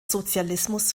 sozialismus